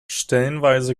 stellenweise